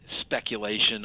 speculation